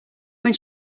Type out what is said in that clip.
when